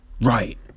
right